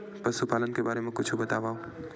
पशुपालन के बारे मा कुछु बतावव?